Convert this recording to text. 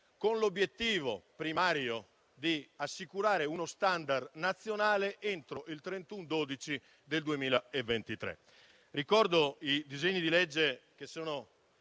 con l'obiettivo primario di assicurare uno *standard* nazionale entro il 31 dicembre 2023. Ricordo i disegni di legge che erano